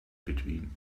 between